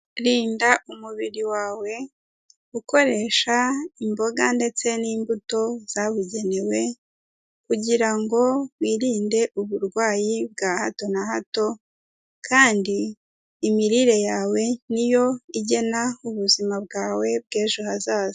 Rinda umubiri wawe, ukoresha imboga ndetse n'imbuto zabugenewe, kugira ngo wirinde uburwayi bwa hato na hato, kandi imirire yawe ni yo igena ubuzima bwawe bw'ejo hazaza.